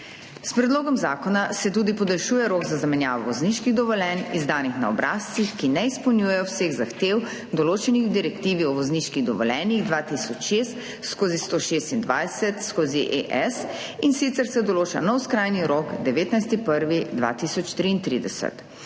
S predlogom zakona se podaljšuje tudi rok za zamenjavo vozniških dovoljenj, izdanih na obrazcih, ki ne izpolnjujejo vseh zahtev, določenih v direktivi o vozniških dovoljenjih 2006/126/ES, in sicer se določa nov skrajni rok, 19. 1. 2033.